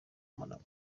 monaco